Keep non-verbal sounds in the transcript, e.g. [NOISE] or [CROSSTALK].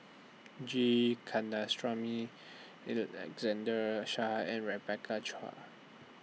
G [UNINTELLIGIBLE] Shah and Rebecca Chua